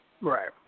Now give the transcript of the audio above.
Right